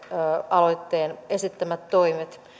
aloitteen esittämät toimet